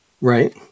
Right